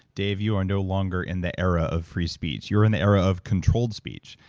dave, you are no longer in the era of free speech. you're in the era of controlled speech.